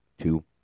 two